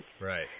Right